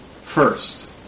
first